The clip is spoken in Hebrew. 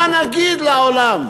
מה נגיד לעולם?